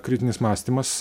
kritinis mąstymas